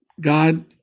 God